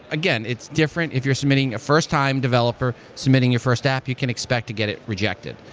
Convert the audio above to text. again, it's different if you're submitting a first time developer, submitting your first app, you can expect to get it rejected.